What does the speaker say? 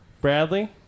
Bradley